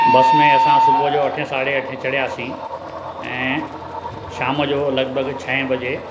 बसि में असां सुबुह जो अठे साढे अठे चढ़ियासीं ऐं शाम जो लॻभॻि छहे बजे